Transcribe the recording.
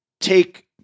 take